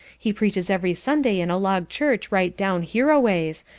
he preaches every sunday in a log church right down hereaways,